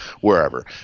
wherever